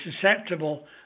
susceptible